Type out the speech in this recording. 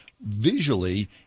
visually